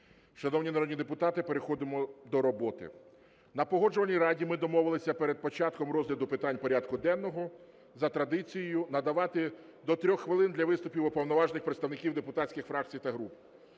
Шановні народні депутати, переходимо до роботи. На Погоджувальній раді ми домовились перед початком розгляду питань порядку денного за традицією надавати до 3 хвилин для виступів уповноважених представників депутатських фракцій та груп.